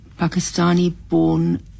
Pakistani-born